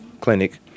Clinic